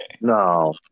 No